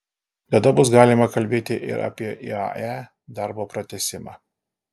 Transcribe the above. tada bus galima kalbėti ir apie iae darbo pratęsimą